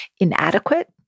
inadequate